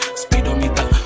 speedometer